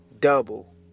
double